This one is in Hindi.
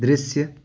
दृश्य